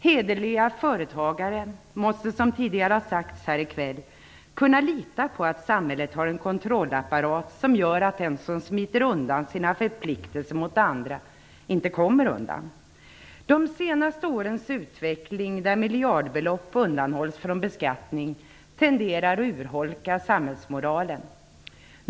Hederliga företagare måste, som tidigare har sagts här i kväll, kunna lita på att samhället har en kontrollapparat som gör att den som smiter undan sina förpliktelser mot andra inte kommer undan. De senaste årens utveckling, där miljardbelopp undanhålls från beskattning, tenderar att urholka samhällsmoralen.